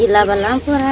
जिला बलरामपुर है